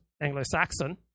anglo-saxon